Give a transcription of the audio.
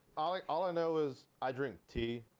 all i all i know is i drink tea.